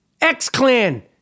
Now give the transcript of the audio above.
X-Clan